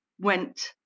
went